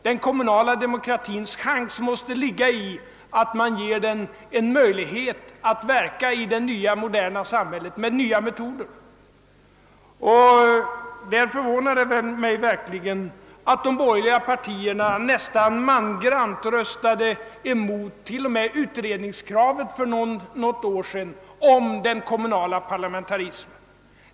Den kommunala demokratins chans måste ligga i att den får en möjlighet att verka i det nya moderna samhället, med nya metoder. Därför förvånar det mig verkligen att de borgerliga nästan mangrant röstade emot t.o.m. utredningskravet om den kommunala parlamentarismen för något år sedan.